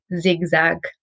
zigzag